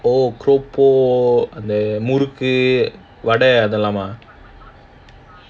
oh keropok and the murukku vada அதெல்லாமா:vada adhellaamaa